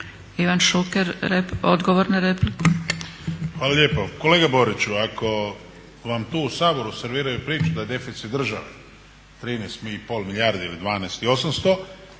**Šuker, Ivan (HDZ)** Hvala lijepo. Kolega Boriću ako vam tu u Saboru serviraju priču da je deficit države 13,5 milijardi ili 12,8 a